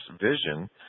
vision